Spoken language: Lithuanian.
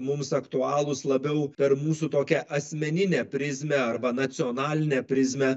mums aktualūs labiau per mūsų tokią asmeninę prizmę arba nacionalinę prizmę